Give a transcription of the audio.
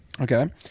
okay